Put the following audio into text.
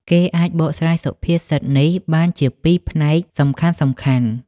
គេអាចបកស្រាយសុភាសិតនេះបានជាពីរផ្នែកសំខាន់ៗ។